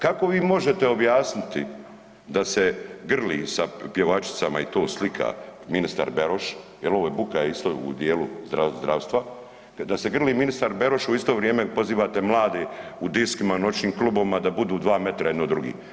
Kako vi možete objasniti da se grli sa pjevačicama i to slika ministar Beroš, jel ovo je buka isto u dijelu zdravstva, da se grli ministar Beroš, a u isto vrijeme pozivate mlade u diskovima, noćni klubovima da budu dva metra jedno od drugih?